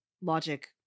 logic